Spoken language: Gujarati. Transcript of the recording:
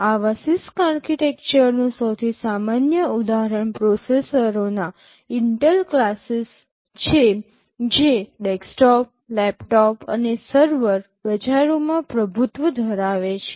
આવા CISC આર્કિટેક્ચરનું સૌથી સામાન્ય ઉદાહરણ પ્રોસેસરોના ઇન્ટેલ ક્લાસીસ છે જે ડેસ્કટોપ લેપટોપ અને server desktop laptop and server બજારોમાં પ્રભુત્વ ધરાવે છે